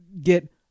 get